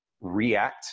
react